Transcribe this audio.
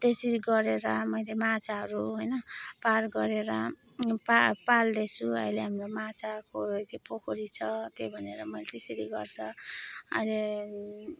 त्यसरी गरेर मैले माछाहरू होइन पार गरेर पा पाल्दैछु अहिले हाम्रो माछाको चाहिँ पोखरी छ त्यही भनेर मैले त्यसरी गर्छ अहिले अहिले